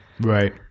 Right